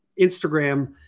Instagram